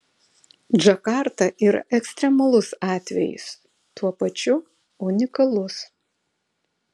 džakarta yra ekstremalus atvejis tuo pačiu unikalus